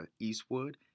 Eastwood